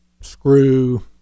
screw